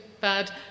bad